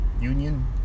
union